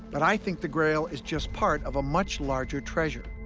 but i think the grail is just part of a much larger treasure.